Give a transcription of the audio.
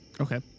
Okay